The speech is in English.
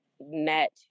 met